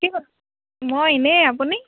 কি ক মই এনেই আপুনি